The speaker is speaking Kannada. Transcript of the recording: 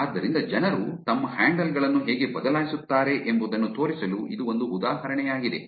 ಆದ್ದರಿಂದ ಜನರು ತಮ್ಮ ಹ್ಯಾಂಡಲ್ ಗಳನ್ನು ಹೇಗೆ ಬದಲಾಯಿಸುತ್ತಾರೆ ಎಂಬುದನ್ನು ತೋರಿಸಲು ಇದು ಒಂದು ಉದಾಹರಣೆಯಾಗಿದೆ